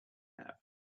have